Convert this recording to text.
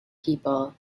people